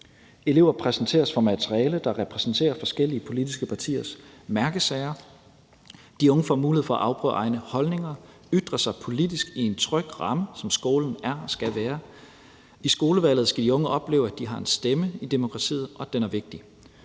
Eleverne præsenteres for materiale, der repræsenterer forskellige politiske partiers mærkesager. De unge får mulighed for at afprøve egne holdninger og ytre sig politisk i en tryg ramme, som skolen er og skal være. Med skolevalget skal de unge opleve, at de har en stemme, og at den er vigtig.